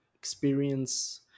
experience